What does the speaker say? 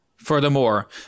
Furthermore